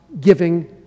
giving